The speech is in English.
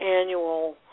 annual